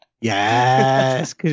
Yes